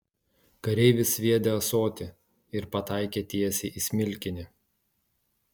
kareivis sviedė ąsotį ir pataikė tiesiai į smilkinį